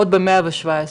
עוד במאה ה-17.